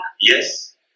yes